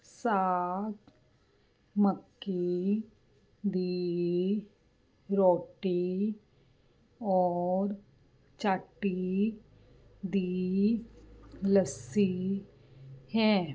ਸਾਗ ਮੱਕੀ ਦੀ ਰੋਟੀ ਔਰ ਚਾਟੀ ਦੀ ਲੱਸੀ ਹੈ